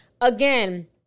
again